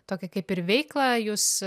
tokią kaip ir veiklą jūs